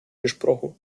gesprochen